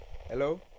Hello